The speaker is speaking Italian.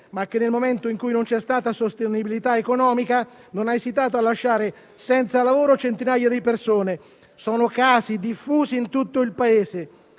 ma che, nel momento in cui non c'è stata sostenibilità economica, non ha esitato a lasciare senza lavoro centinaia di persone. Si tratta di casi diffusi in tutto il Paese.